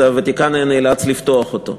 הוותיקן היה נאלץ לפתוח אותו.